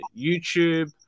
youtube